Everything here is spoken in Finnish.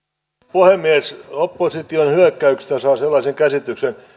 puhemies opposition hyökkäyksistä saa sellaisen käsityksen